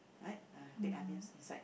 right ah big onions inside the